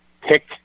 pick